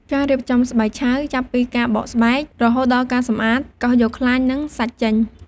ការរៀបចំស្បែកឆៅ ចាប់ពីការបកស្បែក រហូតដល់ការសម្អាត កោសយកខ្លាញ់ និងសាច់ចេញ។